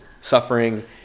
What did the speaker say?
suffering